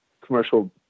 commercial